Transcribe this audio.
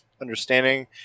understanding